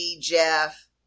Jeff